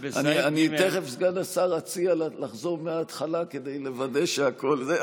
תכף אציע לסגן השר לחזור מהתחלה כדי לוודא שהכול ברור.